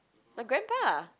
my grandpa